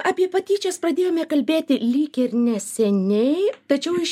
apie patyčias pradėjome kalbėti lyg ir neseniai tačiau iš